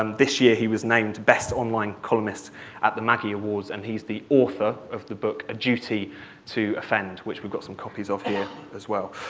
um this year he was named best online columnist at the maggie awards, and he's the author of the book, a duty to offend, which we've got some copies of here as well.